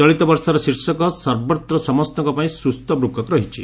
ଚଳିତବର୍ଷର ଶୀର୍ଷକ 'ସର୍ବତ୍ର ସମସ୍ତଙ୍କ ପାଇଁ ସୁସ୍ଥ ବୃକକ' ରହିଛି